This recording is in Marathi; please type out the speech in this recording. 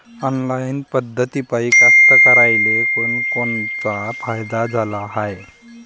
ऑनलाईन पद्धतीपायी कास्तकाराइले कोनकोनचा फायदा झाला हाये?